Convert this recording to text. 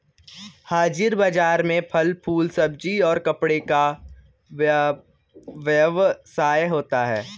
हाजिर बाजार में फल फूल सब्जी और कपड़े का व्यवसाय होता है